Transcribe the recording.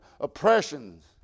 oppressions